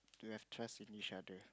we have trust in each other